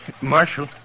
Marshal